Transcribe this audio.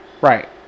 Right